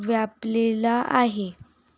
व्यापलेला आहे